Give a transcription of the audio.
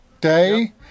day